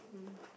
mm